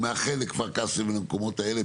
אני מאחל לכפר קאסם ולמקומות האלה,